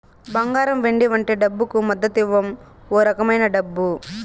బంగారం వెండి వంటి డబ్బుకు మద్దతివ్వం ఓ రకమైన డబ్బు